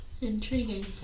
Intriguing